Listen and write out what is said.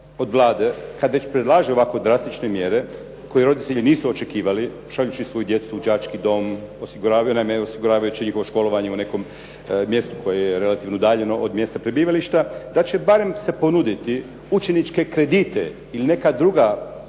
od Vlade kad već predlaže ovako drastične mjere koje roditelji nisu očekivali učlanivši svoju djecu u đački dom, naime osiguravajući njihovo školovanje u nekom mjestu koje je relativno udaljeno od mjesta prebivališta da će barem se ponuditi učeničke kredite ili neka druga